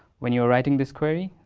when you are writing this query,